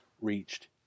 reached